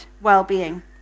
well-being